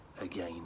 again